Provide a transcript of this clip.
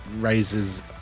raises